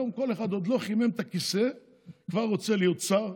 היום כל אחד שעוד לא חימם את הכיסא כבר רוצה להיות שר,